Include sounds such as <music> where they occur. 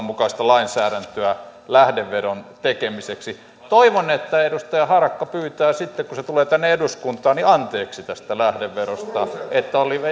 <unintelligible> mukaista lainsäädäntöä lähdeveron tekemiseksi toivon että edustaja harakka pyytää sitten kun se tulee tänne eduskuntaan anteeksi tästä lähdeverosta